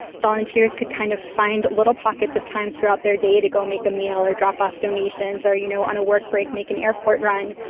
volunteers could kind of find a little pockets of time throughout their day to go make a meal or drop off donations or, you know, on a work break, make an airport run,